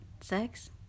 Sex